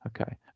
Okay